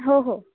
हो हो